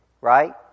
Right